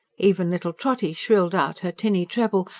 even little trotty shrilled out her tinny treble,